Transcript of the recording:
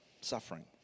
suffering